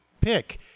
pick